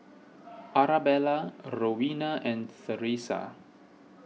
Arabella Rowena and theresa